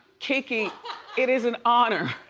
kiki it is an honor.